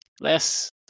less